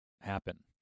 happen